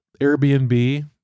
Airbnb